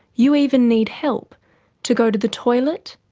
you even need help to go to the toilet,